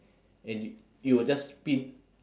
and y~ you will just spin